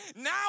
now